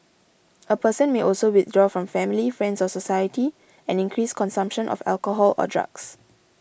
a person may also withdraw from family friends or society and increase consumption of alcohol or drugs